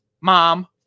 Mom